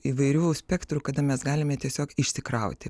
įvairių spektrų kada mes galime tiesiog išsikrauti